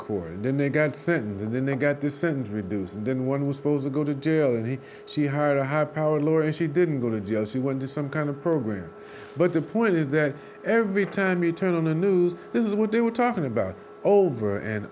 court then they got sentence and then they got this sent reduce and then one was supposed to go to jail and she hired a high powered lawyer and she didn't go to jail she went to some kind of program but the point is that every time you turn on the news this is what they were talking about over and